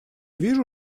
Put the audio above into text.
вижу